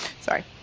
Sorry